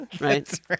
right